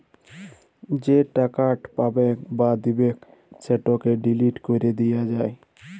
যে টাকাট পাবেক বা দিবেক সেটকে ডিলিট ক্যরে দিয়া যায়